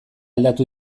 aldatu